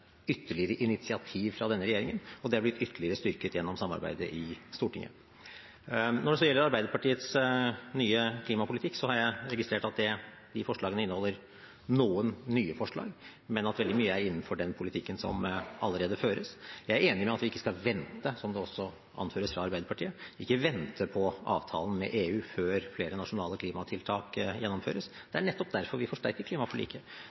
blitt ytterligere styrket gjennom samarbeidet i Stortinget. Når det så gjelder Arbeiderpartiets nye klimapolitikk, har jeg registrert at noen av de forslagene inneholder noe nytt, men at veldig mye er innenfor den politikken som allerede føres. Jeg er enig i at vi ikke skal vente – som det også anføres fra Arbeiderpartiets side – på avtalen med EU før flere nasjonale klimatiltak gjennomføres. Det er nettopp derfor vi forsterker klimaforliket,